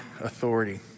authority